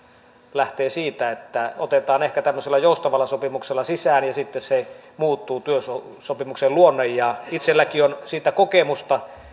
lähtee siitä että otetaan ehkä tämmöisellä joustavalla sopimuksella sisään ja sitten se työsopimuksen luonne muuttuu itselläkin on siitä kokemusta